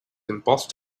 embossed